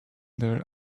their